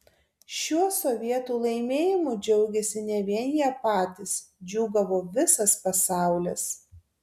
šiuo sovietų laimėjimu džiaugėsi ne vien jie patys džiūgavo visas pasaulis